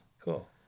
cool